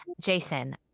Jason